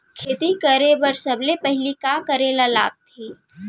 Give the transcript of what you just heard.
खेती करे बर सबले पहिली का करे ला लगथे?